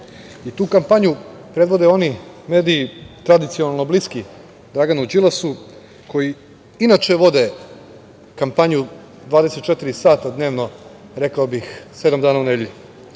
Tu kampanju predvode oni mediji tradicionalno bliski Draganu Đilasu koji inače vode kampanju 24 sata dnevnog, rekao bih, sedam dana u nedelji.